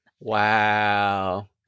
wow